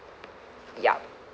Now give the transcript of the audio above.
yup